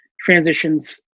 transitions